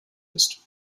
ist